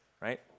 right